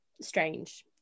strange